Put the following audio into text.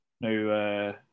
no